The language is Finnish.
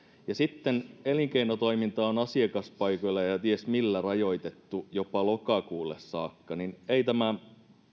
ja kun sitten elinkeinotoiminta on asiakaspaikoilla ja ja ties millä rajoitettu jopa lokakuulle saakka niin ei tämä